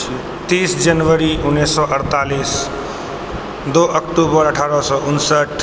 तीस जनवरी उन्नैस सए अड़तालीस दो अक्टूबर अठारह सए उनसठ